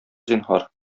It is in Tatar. зинһар